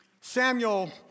Samuel